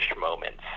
moments